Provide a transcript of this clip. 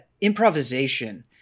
improvisation